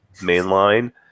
mainline